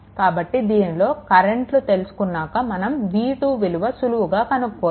కాబట్టి దీనినిలో కరెంట్లను తెలుసుకున్నాక మనం v2 విలువ సులువుగా కనుక్కోవచ్చు